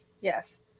Yes